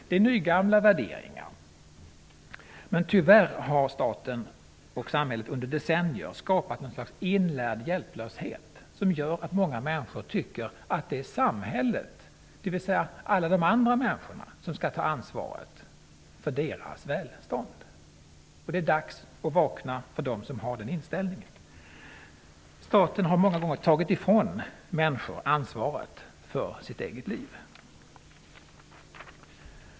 Det är nygamla värderingar, men tyvärr har staten och samhället under decennier skapat ett slags inlärd hjälplöshet som gör att många människor tycker att det är samhället, dvs. alla de andra människorna, som skall ta ansvaret för deras välstånd. Det är dags att vakna för dem som har den inställningen. Staten har många gånger tagit ifrån människor ansvaret för deras eget liv.